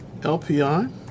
LPI